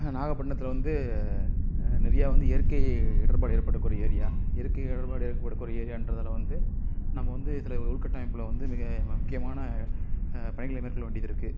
நாகப்பட்னத்தில் வந்து நிறையா வந்து இயற்கை இடர்பாடு ஏற்படக் கூடிய ஏரியா இயற்கை இடர்பாடு ஏற்படக் கூடிய ஏரியாகின்றதால வந்து நம்ம வந்து சில உள்கட்டமைப்பில் வந்து மிக முக்கியமான பணிகளை மேற்கொள்ள வேண்டியதிருக்குது